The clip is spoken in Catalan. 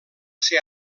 ser